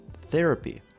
therapy